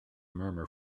murmur